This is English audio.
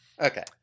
okay